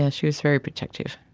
yeah she was very protective.